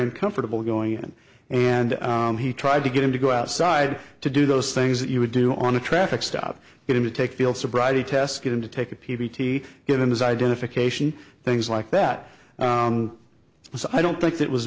uncomfortable going in and he tried to get him to go outside to do those things that you would do on a traffic stop get him to take field sobriety tests get him to take a p v t get in his identification things like that so i don't think it was